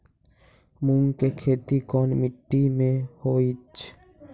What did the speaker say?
मूँग के खेती कौन मीटी मे होईछ?